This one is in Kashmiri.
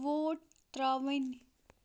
ووٹ ترَاوٕنۍ